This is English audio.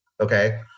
okay